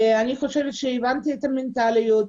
אני חושבת שהבנתי את המנטליות.